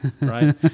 Right